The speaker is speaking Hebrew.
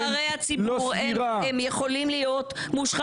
זאת אומרת נבחרי הציבור יכולים להיות מושחתים.